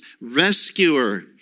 rescuer